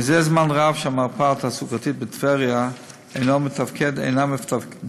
זה זמן רב שהמרפאה התעסוקתית בטבריה אינה מתפקדת